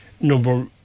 number